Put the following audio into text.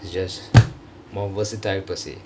just more versatile per se